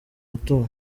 matora